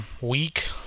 week